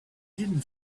didn’t